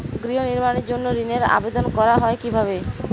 গৃহ নির্মাণের জন্য ঋণের আবেদন করা হয় কিভাবে?